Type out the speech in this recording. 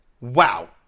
Wow